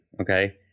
okay